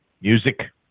music